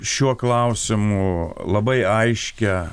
šiuo klausimu labai aiškią